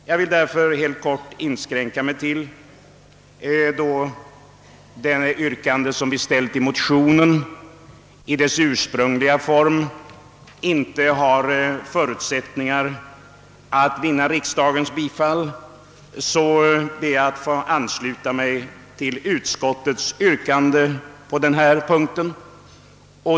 Jag vill därför, då det yrkande som framställts i motionen i sin ursprungliga form inte har förutsättningar att vinna riksdagens bifall, helt kort be att få ansluta mig till utskottets yrkande på denna punkt.